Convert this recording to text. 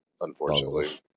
unfortunately